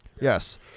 Yes